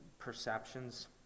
perceptions